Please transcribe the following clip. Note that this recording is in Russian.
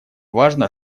важно